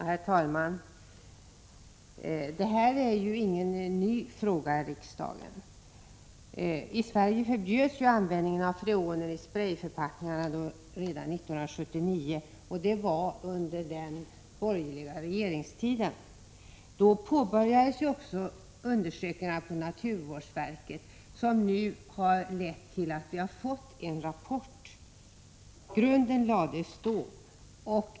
Herr talman! Det här är ingen ny fråga i riksdagen. I Sverige förbjöds användningen av freoner i sprejförpackningar redan 1979, och det var under den borgerliga regeringstiden. Då påbörjades också de undersökningar på naturvårdsverket som nu har lett till att vi har fått en rapport. Grunden lades alltså då.